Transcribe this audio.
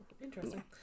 Interesting